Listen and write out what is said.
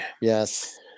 Yes